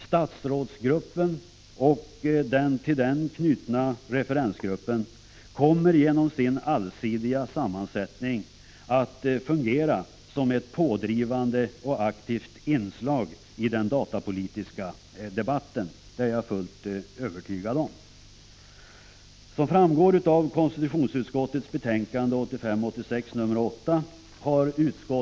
Statsrådsgruppen och den referensgrupp som är knuten till statsrådsgruppen kommer genom sin allsidiga sammansättning att fungera som ett pådrivande och aktivt inslag i den datapolitiska debatten, det är jag övertygad om.